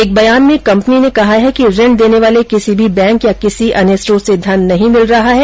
एक बयान में कंपनी ने कहा है कि ऋण देने वाले किसी भी बैंक या किसी अन्य स्रोत से धन नहीं मिल रहा है